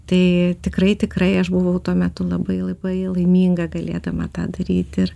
tai tikrai tikrai aš buvau tuo metu labai labai laiminga galėdama tą daryt ir